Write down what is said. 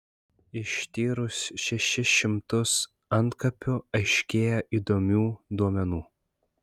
ištyrus šešis šimtus antkapių aiškėja įdomių duomenų